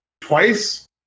twice